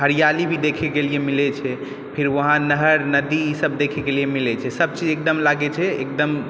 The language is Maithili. हरियाली भी देखैके लिए मिलै छै फेर वहाँ नहर नदी ई सब देखैके लिए मिलै छै सब चीज एकदम लागै छै एकदम